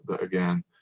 again